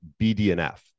BDNF